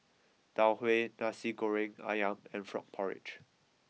Tau Huay Nasi Goreng Ayam and Frog Porridge